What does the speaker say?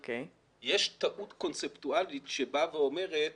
יש טעות קונספטואלית שאומרת